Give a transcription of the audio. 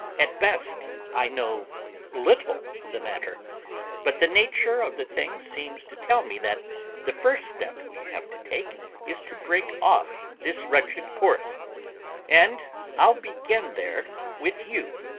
at best i know little of the matter but the nature of the thing seems to tell me that the first step we have to take is to break off this wretched course and i'll begin there with you,